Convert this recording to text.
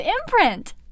imprint